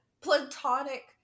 platonic